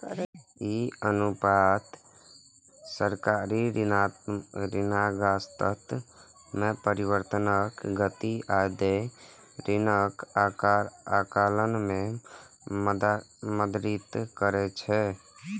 ई अनुपात सरकारी ऋणग्रस्तता मे परिवर्तनक गति आ देय ऋणक आकार आकलन मे मदति करै छै